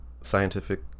Scientific